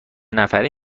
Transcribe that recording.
نفری